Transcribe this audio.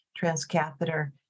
transcatheter